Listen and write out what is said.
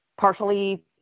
partially